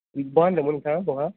बहा होनदोंमोन नोंथाङा बहा